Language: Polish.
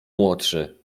młodszy